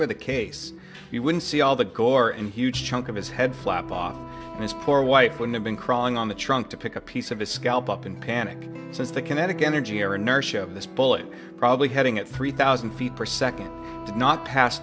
were the case you would see all the gore in huge chunk of his head flap on his poor wife would have been crawling on the trunk to pick a piece of his scalp up in panic since the kinetic energy or inertia of this bullet probably heading at three thousand feet per second did not pass